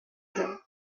him